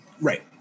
Right